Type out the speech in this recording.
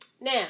Now